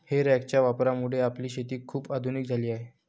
हे रॅकच्या वापरामुळे आपली शेती खूप आधुनिक झाली आहे